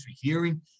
hearing